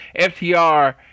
FTR